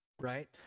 right